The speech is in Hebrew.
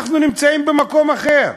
אנחנו נמצאים במקום אחר.